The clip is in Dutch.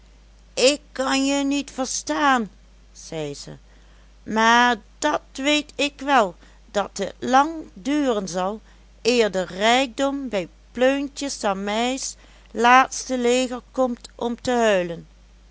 ik kan je niet verstaan zei ze maar dat weet ik wel dat het lang duren zal eer de rijkdom bij pleuntje samei's laatste leger komt om te huilen